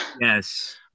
Yes